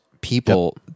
people